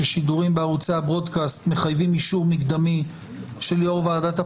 ששידורים בערוצי הברודקאסט מחייבים אישור מקדמי של יו"ר ועדת הבחירות,